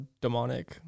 demonic